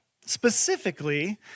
Specifically